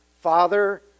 Father